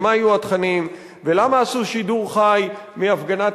מה יהיו התכנים ולמה עשו שידור חי מהפגנת